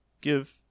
give